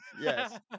yes